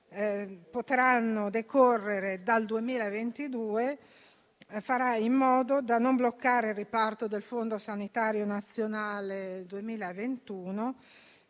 potranno decorrere dal 2022, farà in modo di non bloccare il riparto del Fondo sanitario nazionale 2021